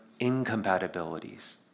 incompatibilities